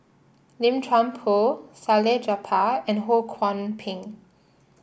Lim Chuan Poh Salleh Japar and Ho Kwon Ping